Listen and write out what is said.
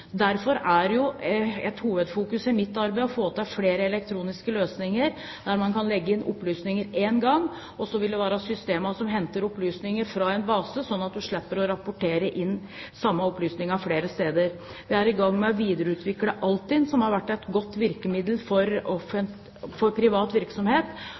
Derfor er et hovedfokus i mitt arbeid å få til flere elektroniske løsninger der man kan legge inn opplysninger én gang, og så vil det være systemet som henter opplysninger fra en base sånn at man slipper å rapportere inn den samme opplysningen flere steder. Vi er i gang med å videreutvikle Altinn, som har vært et godt virkemiddel for privat virksomhet,